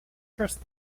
trust